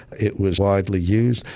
it was widely used,